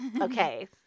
Okay